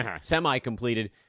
semi-completed